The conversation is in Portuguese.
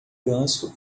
ganso